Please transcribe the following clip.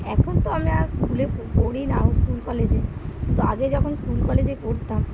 এখন তো আমরা আর স্কুলে পড়ি না ও স্কুল কলেজে তো আগে যখন স্কুল কলেজে পড়তাম